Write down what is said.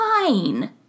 fine